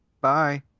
Bye